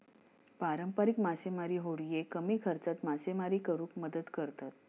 पारंपारिक मासेमारी होडिये कमी खर्चात मासेमारी करुक मदत करतत